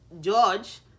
George